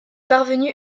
parvenu